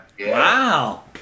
Wow